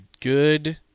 good